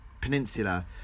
Peninsula